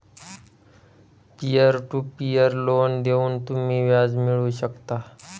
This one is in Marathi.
पीअर टू पीअर लोन देऊन तुम्ही व्याज मिळवू शकता